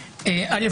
א',